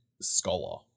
Scholar